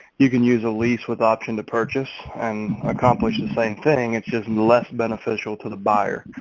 you can use a lease with option to purchase and accomplish the same thing. it's just less beneficial to the buyer.